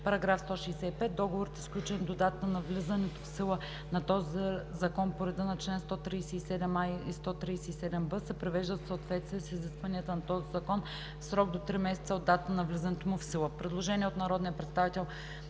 165: „§ 165. Договорите, сключени до датата на влизането в сила на този закон по реда на чл. 137а и 137б, се привеждат в съответствие с изискванията на този закон в срок до три месеца от датата на влизането му в сила.“ Предложение на народните представители